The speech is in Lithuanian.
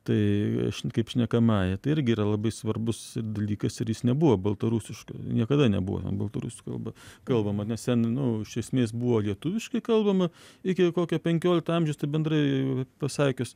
tai kaip šnekamąja tai irgi yra labai svarbus dalykas ir jis nebuvo baltarusiška niekada nebuvo baltarusių kalba kalbama nes ten nu iš esmės buvo lietuviškai kalbama iki kokio penkiolikto amžiaus tai bendrai pasakius